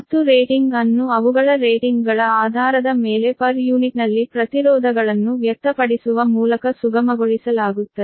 ಮತ್ತು ರೇಟಿಂಗ್ ಅನ್ನು ಅವುಗಳ ರೇಟಿಂಗ್ಗಳ ಆಧಾರದ ಮೇಲೆ ಪ್ರತಿ ಯೂನಿಟ್ನಲ್ಲಿ ಪ್ರತಿರೋಧಗಳನ್ನು ವ್ಯಕ್ತಪಡಿಸುವ ಮೂಲಕ ಸುಗಮಗೊಳಿಸಲಾಗುತ್ತದೆ